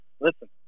listen